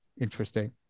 interesting